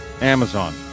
Amazon